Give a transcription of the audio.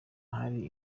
hari